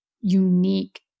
unique